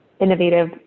innovative